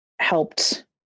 helped